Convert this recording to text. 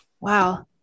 Wow